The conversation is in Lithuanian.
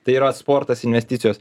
tai yra sportas investicijos